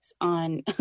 on